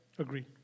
Agree